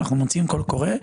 אנחנו מוציאים קול קורא.